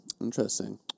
Interesting